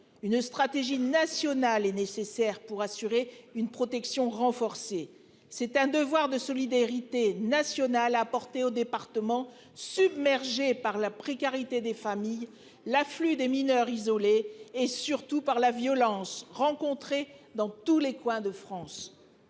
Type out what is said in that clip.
une stratégie nationale est nécessaire pour assurer une protection renforcée. C'est un devoir de solidarité nationale a porté au département submergé par la précarité des familles, l'afflux des mineurs isolés et surtout par la violence rencontrée dans tous les coins de France.